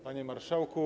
Panie Marszałku!